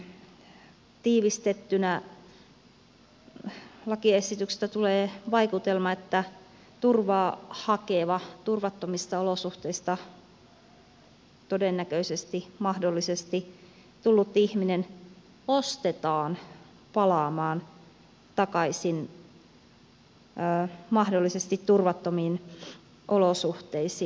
tiivistettynä lakiesityksestä tulee vaikutelma että turvaa hakeva turvattomista olosuhteista mahdollisesti tullut ihminen ostetaan palaamaan takaisin mahdollisesti turvattomiin olosuhteisiin